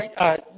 right